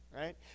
right